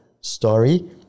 story